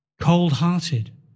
Cold-hearted